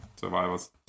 survivors